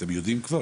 אתם יודעים כבר?